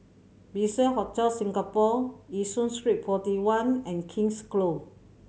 Bliss Hotel Singapore Yishun Street Forty One and King's Close